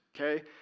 okay